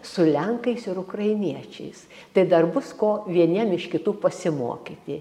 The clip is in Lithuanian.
su lenkais ir ukrainiečiais tai dar bus ko vieniem iš kitų pasimokyti